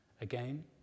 again